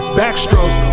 backstroke